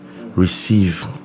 receive